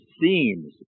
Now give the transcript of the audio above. seems